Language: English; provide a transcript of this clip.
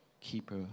Keeper